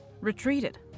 retreated